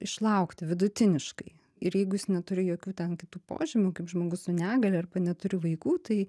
išlaukti vidutiniškai ir jeigu jis neturi jokių ten kitų požymių kaip žmogus su negalia arba neturi vaikų tai